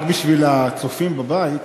רק בשביל הצופים בבית,